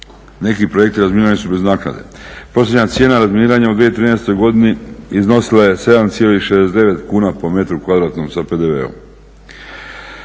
neki projekti razminirani su bez naknade. Prosječna cijena razminiranja u 2013. godini iznosila 7,69 kuna po metru kvadratnom sa PDV-om.